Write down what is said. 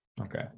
Okay